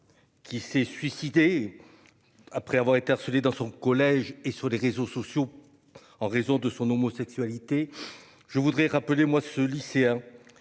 Qui s'est suicidé. Après avoir été harcelée dans son collège et sur les réseaux sociaux en raison de son homosexualité. Je voudrais rappeler moi ce lycéen